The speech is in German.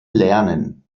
lernen